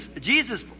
Jesus